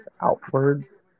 outwards